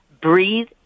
breathe